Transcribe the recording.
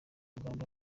rugamba